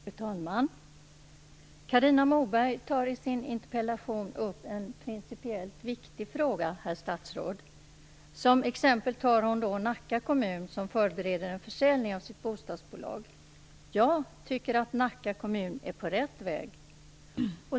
Fru talman! Carina Moberg tar i sin interpellation upp en principiellt viktig fråga, herr statsråd. Som exempel tar hon Nacka kommun som förbereder en försäljning av sitt bostadsbolag. Jag tycker att Nacka kommun är på rätt väg.